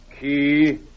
key